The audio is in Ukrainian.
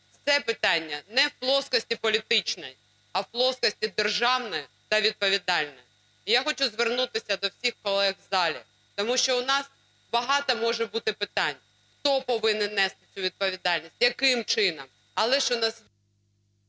це питання не в плоскості політичне, а в плоскості державне та відповідальне. І я хочу звернутися до всіх колег в залі, тому що у нас багато може бути питань. Хто повинен нести відповідальність? Яким чином?